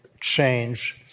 change